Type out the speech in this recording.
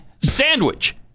sandwich